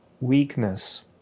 weakness